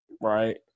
Right